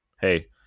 hey